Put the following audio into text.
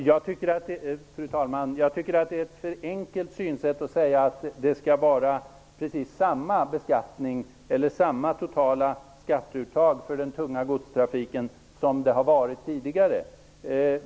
Fru talman! Jag tycker att det är ett för enkelt synsätt att säga att det skall vara precis samma beskattning eller samma totala skatteuttag för den tunga godstrafiken som det har varit tidigare.